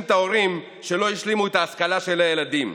את ההורים שלא השלימו את ההשכלה של הילדים,